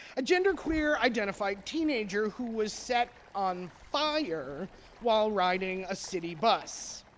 a genderqueer identified teenager who was set on fire while riding a city bus.